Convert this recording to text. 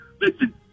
Listen